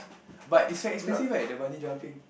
but it's expensive right the bungee jumping